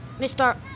Mr